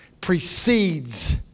precedes